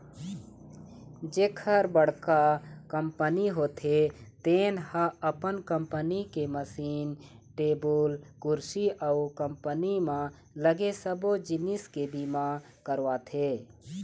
जेखर बड़का कंपनी होथे तेन ह अपन कंपनी के मसीन, टेबुल कुरसी अउ कंपनी म लगे सबो जिनिस के बीमा करवाथे